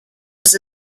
was